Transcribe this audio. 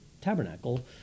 tabernacle